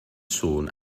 sôn